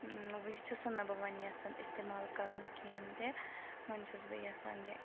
یہِ چھس نہٕ بہٕ وۄنۍ یَژھان استعمال کَرُن کِہیٖنۍ تہِ وۄنۍ چھس بہٕ یَژھان یہِ